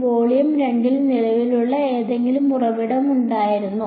volume 2 ൽ നിലവിലുള്ള എന്തെങ്കിലും ഉറവിടം ഉണ്ടായിരുന്നോ